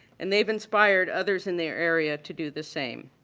and they've inspired others in their area to do the same.